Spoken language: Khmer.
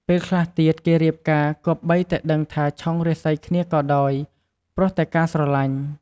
ពេលខ្លះទៀតគេរៀបការ គម្បីតែដឹងថាឆុងរាសីគ្នាក៏ដោយ ព្រោះតែការស្រឡាញ់។